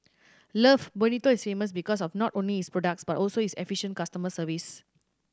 love Bonito is famous because of not only its products but also its efficient customer service